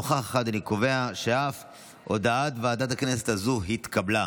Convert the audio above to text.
קובע שאף ההודעה הזאת של ועדת הכנסת התקבלה.